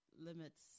limits